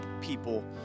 people